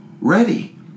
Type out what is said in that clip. Ready